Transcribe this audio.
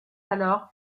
alors